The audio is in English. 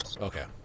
okay